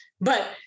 But-